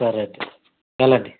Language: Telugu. సరే అండి వెళ్ళండి